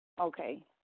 Okay